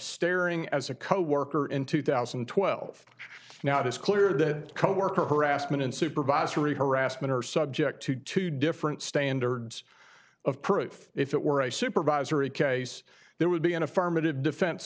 staring as a coworker in two thousand and twelve now it is clear that coworker harassment and supervisory harassment are subject to two different standards of proof if it were a supervisory case there would be an affirmative defense